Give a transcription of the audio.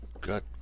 Good